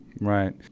Right